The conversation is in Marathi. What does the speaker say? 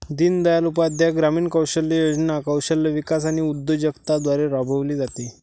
दीनदयाळ उपाध्याय ग्रामीण कौशल्य योजना कौशल्य विकास आणि उद्योजकता द्वारे राबविली जाते